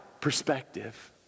Perspective